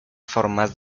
formas